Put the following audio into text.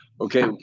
Okay